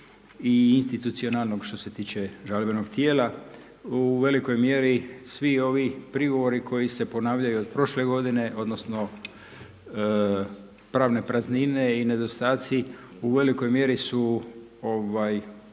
i institucionalnog što se tiče žalbenog tijela. U velikoj mjeri svi ovi prigovori koji se ponavljaju od prošle godine odnosno pravne praznine i nedostaci u velikoj mjeri su